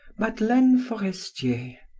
madeleine forestier.